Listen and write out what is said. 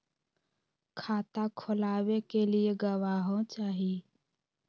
खाता खोलाबे के लिए गवाहों चाही?